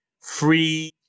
free